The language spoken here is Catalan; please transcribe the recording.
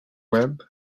webs